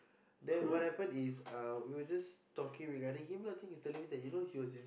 then what happen is we were just talking regarding him loh since he's telling me that you know he was his